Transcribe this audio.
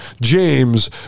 James